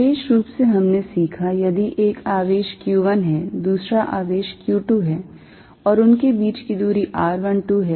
विशेष रूप से हमने सीखा यदि एक आवेश q1 है दूसरा आवेश q2 है और उनके बीच की दूरी r12 है